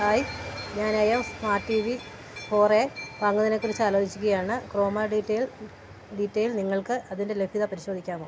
hi ഞാൻ smart TV four A വാങ്ങുന്നതിനെക്കുറിച്ച് ആലോച്ചിക്കുകയാണ് ക്രോമ ഡീറ്റൈൽ ഡീറ്റൈൽ നിങ്ങൾക്ക് അതിൻ്റെ ലഭ്യത പരിശോധിക്കാമോ